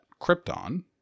Krypton—